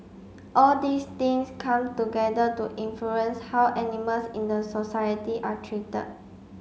all these things come together to influence how animals in the society are treated